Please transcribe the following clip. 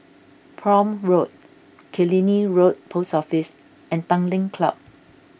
Prome Road Killiney Road Post Office and Tanglin Club